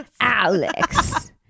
Alex